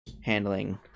handling